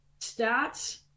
Stats